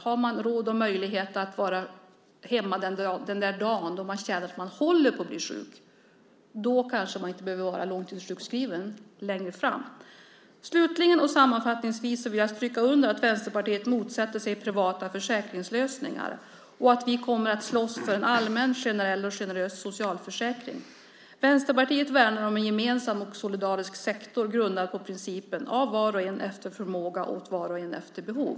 Har man råd och möjlighet att vara hemma den dag man känner att man håller på att bli sjuk kanske man längre fram inte behöver vara långtidssjukskriven. Slutligen och sammanfattningsvis vill jag stryka under att Vänsterpartiet motsätter sig privata försäkringslösningar. Vi kommer att slåss för en allmän, generell och generös socialförsäkring. Vänsterpartiet värnar om en gemensam och solidarisk sektor grundad på principen av var och en efter förmåga, åt var och en efter behov.